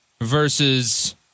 Versus